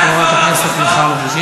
מה עשיתי רע?